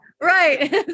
Right